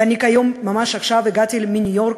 ואני היום, ממש עכשיו, הגעתי מניו-יורק.